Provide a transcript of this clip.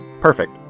perfect